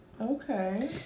Okay